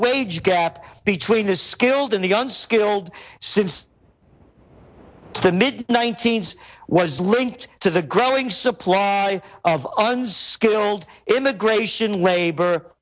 wage gap between the skilled in the unskilled since the mid nineteenth was linked to the growing supply of un's skilled immigration labor